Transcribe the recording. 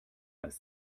als